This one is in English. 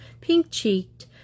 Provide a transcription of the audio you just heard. pink-cheeked